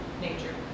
Nature